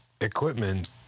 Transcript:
equipment